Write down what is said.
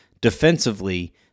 defensively